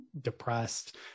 depressed